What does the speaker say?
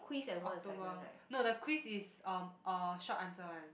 October no the quiz is um uh short answer one